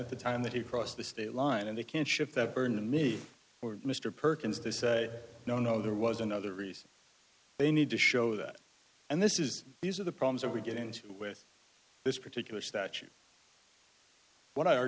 at the time that he crossed the state line and they can't shift that burden to me or mr perkins this no no there was another reason they need to show that and this is these are the problems that we get into with this particular statute what i